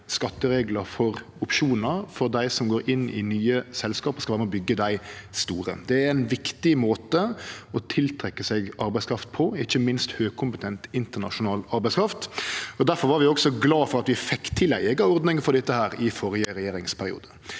skattereglar for opsjonar til dei som går inn i nye selskap og skal vere med på å byggje dei store. Det er ein viktig måte å tiltrekkje seg arbeidskraft på, ikkje minst høgkompetent, internasjonal arbeidskraft. Difor var vi også glade for at vi fekk til ei eiga ordning for dette i førre regjeringsperiode.